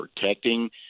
protecting